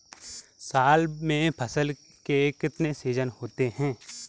साल में फसल के कितने सीजन होते हैं?